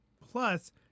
Plus